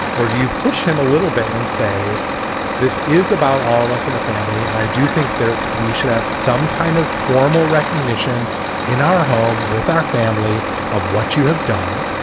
or do you push him a little bit and say this is about all of us in the family? and i do think we should have some kind of formal recognition in our home with our family of what you have done?